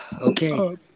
Okay